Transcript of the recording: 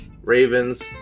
Ravens